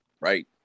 Right